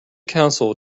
council